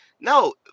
No